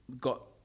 got